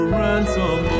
ransom